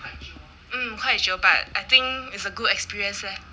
hmm quite 久 but I think is a good experience leh